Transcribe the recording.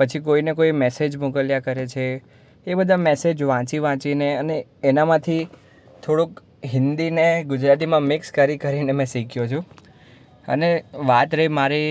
પછી કોઈને કોઈ મેસેજ મોકલ્યા કરે છે એ બધા મેસેજ વાંચી વાંચીને અને એનામાંથી થોડુંક હિન્દીને ગુજરાતીમાં મિક્સ કરી કરીને મેં શીખ્યો છું અને વાત રહી મારી